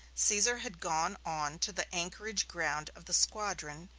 caesar had gone on to the anchorage ground of the squadron,